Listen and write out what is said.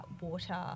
water